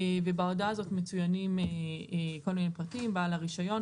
בהודעה הזו מצוינים כל מיני פרטים: בעל הרישיון,